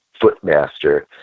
footmaster